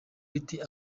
miti